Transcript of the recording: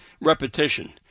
repetition